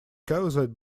caused